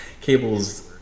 cables